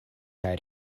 kaj